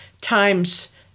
times